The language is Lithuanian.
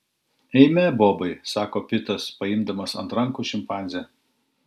eime bobai sako pitas paimdamas ant rankų šimpanzę